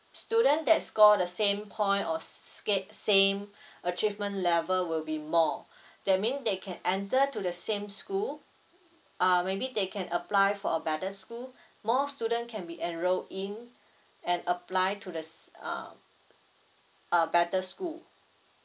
student that score the same point or sa~ same achievement level will be more that mean they can enter to the same school ah maybe they can apply for a better school more student can be enroled in and apply to the s~ um uh better school